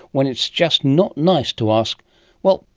when it's just not nice to ask well,